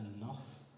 enough